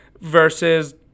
versus